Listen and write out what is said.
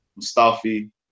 Mustafi